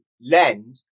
lend